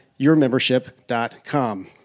yourmembership.com